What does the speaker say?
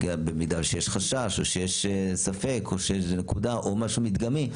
במידה שיש חשש או שיש ספק או שיש איזה נקודה או משהו מדגמי,